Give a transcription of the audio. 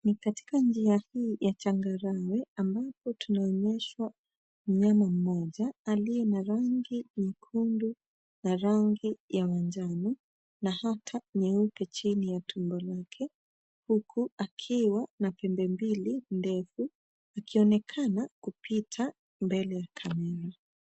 Ni katika njia hii ya changarawe ambapo tunaonyeshwa mnyama mmoja aliye na rangi nyekundu na rangi ya manjano na hata nyeupe chini ya tumbo lake huku akiwa na pembe mbili ndefu ikionekana kupita mbele kamili.